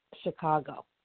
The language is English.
Chicago